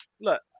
look